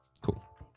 Cool